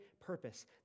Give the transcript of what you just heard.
purpose